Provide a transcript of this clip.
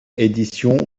édition